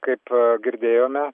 kaip girdėjome